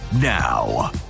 now